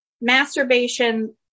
masturbation